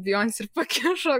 bijonsė ir pakišo